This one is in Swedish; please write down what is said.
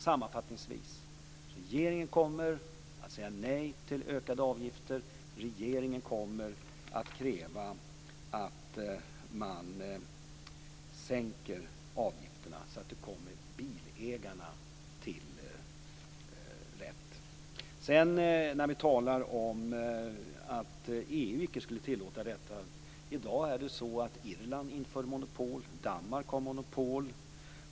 Sammanfattningsvis kommer regeringen att säga nej till ökade avgifter. Regeringen kommer att kräva att Svensk Bilprovning sänker avgifterna så att de kommer bilägarna till del. När vi talar om att EU inte skulle tillåta detta så är det i dag på det sättet att Irland inför monopol och Danmark har monopol.